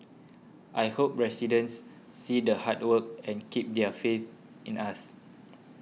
I hope residents see the hard work and keep their faith in us